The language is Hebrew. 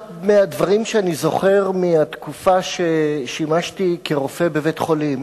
אחד הדברים שאני זוכר מהתקופה ששימשתי רופא בבית-חולים